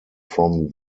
from